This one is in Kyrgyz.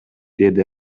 деди